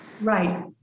Right